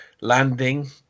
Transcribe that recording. landing